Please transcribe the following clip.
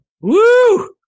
Woo